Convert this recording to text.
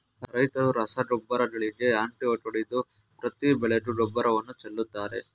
ರೈತ್ರು ರಸಗೊಬ್ಬರಗಳಿಗೆ ಅಂಟಿಕೊಂಡಿದ್ದು ಪ್ರತಿ ಬೆಳೆಗೂ ಗೊಬ್ಬರವನ್ನು ಚೆಲ್ಲುತ್ತಾರೆ